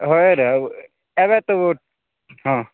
ହଏ ନା ଏବେ ତ ହଁ